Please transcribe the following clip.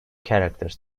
characters